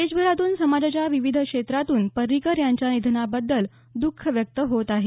देशभरातून समाजाच्या विविध क्षेत्रातून पर्रिकर यांच्या निधनाबद्दल द्ख व्यक्त होत आहे